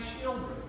children